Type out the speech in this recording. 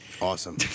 Awesome